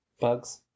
bugs